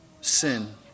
sin